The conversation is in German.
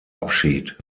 abschied